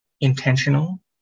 intentional